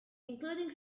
including